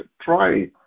try